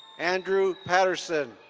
andrew patterson.